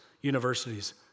universities